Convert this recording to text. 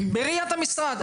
בראיית המשרד.